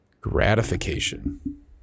gratification